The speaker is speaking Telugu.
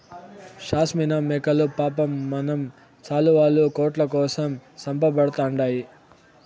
షాస్మినా మేకలు పాపం మన శాలువాలు, కోట్ల కోసం చంపబడతండాయి